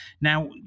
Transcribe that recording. Now